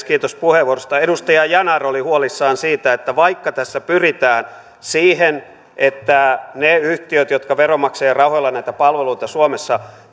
kiitos puheenvuorosta edustaja yanar oli huolissaan siitä että vaikka tässä pyritään siihen että ne yhtiöt jotka veronmaksajien rahoilla näitä palveluita suomessa